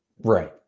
Right